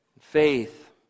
faith